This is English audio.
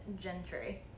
gentry